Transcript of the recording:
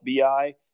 BI